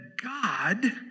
God